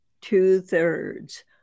two-thirds